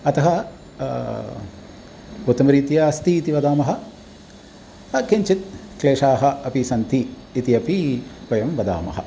अतः उत्तमरीत्या अस्ति इति वदामः किञ्चित् क्लेशाः अपि सन्ति इति अपि वयं वदामः